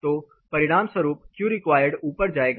तो परिणामस्वरूप Qreq ऊपर जाएगा